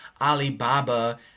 Alibaba